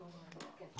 אנחנו נתקן.